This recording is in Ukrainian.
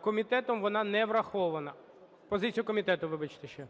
комітетом вона не врахована. Позиція комітету, вибачте, ще.